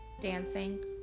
dancing